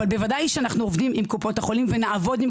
אבל בוודאי שאנחנו עובדים עם קופות החולים ונעבוד עם